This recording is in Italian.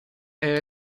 era